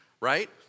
right